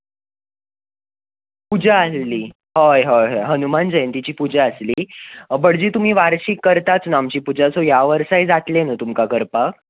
पुजा आहली हय हय पुजा आसली हनुमान जयंतीची पुजा आसली भटजी तुमी वार्षिक करतात न्हू आमची पुजा सो ह्या वर्साय जातले न्हू तुमकां करपाक